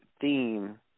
theme